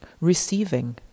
receiving